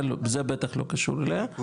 זה בטח לא קשור אליה.